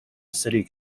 city